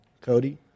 Cody